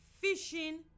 fishing